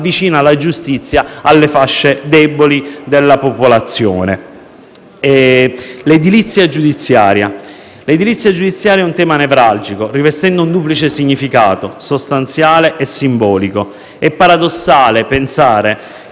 avvicina la giustizia alle fasce deboli della popolazione. L'edilizia giudiziaria è un tema nevralgico, rivestendo un duplice significato: sostanziale e simbolico. È paradossale pensare